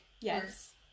Yes